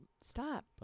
Stop